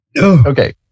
Okay